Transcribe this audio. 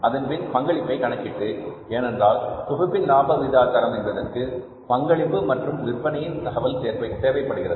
அதன்பின் பங்களிப்பை கணக்கிட்டு ஏனென்றால் தொகுப்பின் லாப விகிதாச்சாரம் என்பதற்கு பங்களிப்பு மற்றும் விற்பனையின் தகவல் தேவைப்படுகிறது